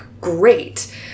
great